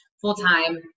full-time